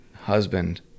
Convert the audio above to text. husband